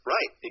Right